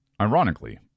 Ironically